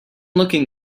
looking